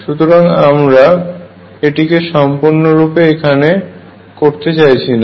সুতরাং আমরা এটিকে সম্পূর্ণরূপে এখানে করতে চাইছি না